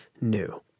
new